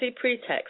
pretext